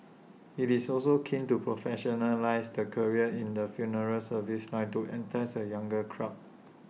he is also keen to professionalise the career in the funeral service line to entice A younger crowd